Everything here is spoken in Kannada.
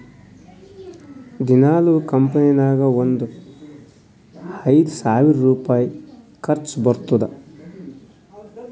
ದಿನಾಲೂ ಕಂಪನಿ ನಾಗ್ ಒಂದ್ ಐಯ್ದ ಸಾವಿರ್ ರುಪಾಯಿ ಖರ್ಚಾ ಬರ್ತುದ್